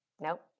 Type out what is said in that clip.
Nope